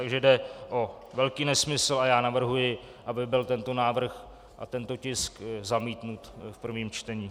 Takže jde o velký nesmysl a já navrhuji, aby byl tento návrh a tento tisk zamítnut v prvním čtení.